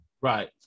Right